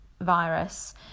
virus